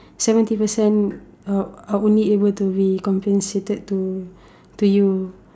seventy percent uh only able to be compensated to to you